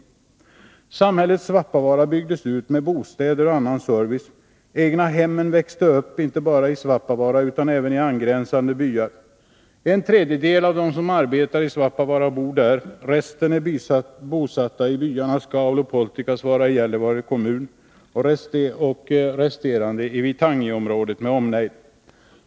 Samhället Svappavaara byggdes ut med bostäder och annan service. Egnahemmen växte upp inte bara i Svappavaara utan även i angränsande byar. En tredjedel av dem som arbetar i Svappavaara bor där. Resten är bosatta i byarna Skaulo och Puoltikasvaara i Gällivare kommun och i byn Vittangi med omnejd.